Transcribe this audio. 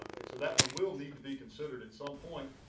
so that one will need to be considered at some point.